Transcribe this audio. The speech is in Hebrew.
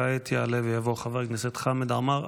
כעת יעלה ויבוא חבר הכנסת חמד עמאר.